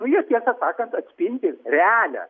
nu jie ir tiesą sakant atspindi realią